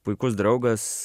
puikus draugas